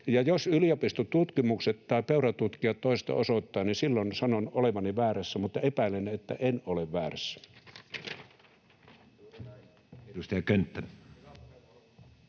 jos yliopistotutkimukset tai peuratutkijat toista osoittavat, niin silloin sanon olevani väärässä, mutta epäilen, että en ole väärässä.